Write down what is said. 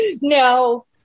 No